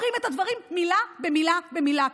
אומרים את הדברים מילה במילה במילה,